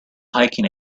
hiking